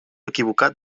equivocat